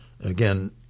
again